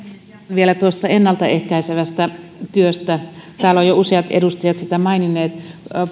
vielä tuosta ennaltaehkäisevästä työstä täällä ovat jo useat edustajat siitä maininneet